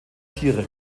tiere